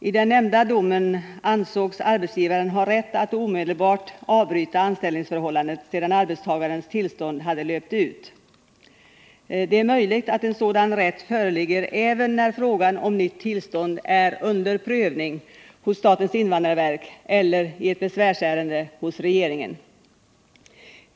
I den nämnda domen ansågs arbetsgivaren ha rätt att omedelbart avbryta anställningsförhållandet sedan arbetstagarens tillstånd hade löpt ut. Det är möjligt att en sådan rätt föreligger även när frågan om ett nytt tillstånd är under prövning hos statens invandrarverk eller — i ett besvärsärende — hos regeringen.